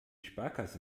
sparkasse